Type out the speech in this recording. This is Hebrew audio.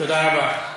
תודה רבה.